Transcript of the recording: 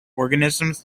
organisms